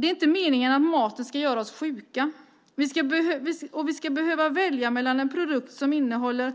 Det är inte meningen att maten ska göra oss sjuka, att vi ska behöva välja mellan en produkt som innehåller